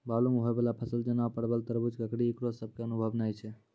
बालू मे होय वाला फसल जैना परबल, तरबूज, ककड़ी ईकरो सब के अनुभव नेय छै?